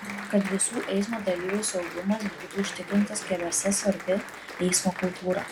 kad visų eismo dalyvių saugumas būtų užtikrintas keliuose svarbi eismo kultūra